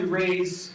raise